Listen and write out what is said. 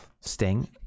Sting